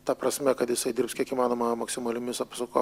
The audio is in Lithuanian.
ta prasme kad jisai dirbs kiek įmanoma maksimaliomis apsuko